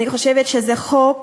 אני חושבת שזה החוק